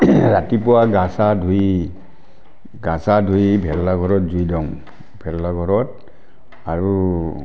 ৰাতিপুৱা গা চা ধুই গা চা ধুই ভেলাঘৰত জুই ধৰোঁ ভেলাঘৰত আৰু